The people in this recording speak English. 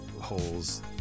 holes